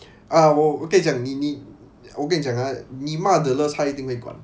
ah 我我跟你讲你你我跟你讲 ah 你骂 dealers 他一定会管